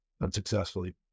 unsuccessfully